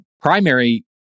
primary